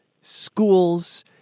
schools